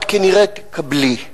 את כנראה תקבלי.